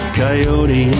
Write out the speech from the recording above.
coyote